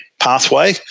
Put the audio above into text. pathway